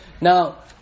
Now